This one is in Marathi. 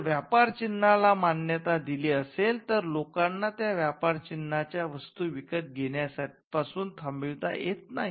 जर व्यापार चिन्हाला मान्यता दिली असेल तर लोकांना त्या व्यापार चिन्हाच्या वस्तू विकत घेण्यापासून थांबवता येत नाही